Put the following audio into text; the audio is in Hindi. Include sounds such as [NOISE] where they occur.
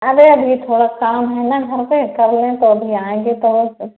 अरे अभी थोड़ा काम है ना घर पर कर लें तो अभी आएँगे तो [UNINTELLIGIBLE]